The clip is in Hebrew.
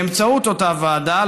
באמצעות אותה ועדה,